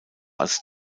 als